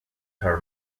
her